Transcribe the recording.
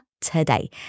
today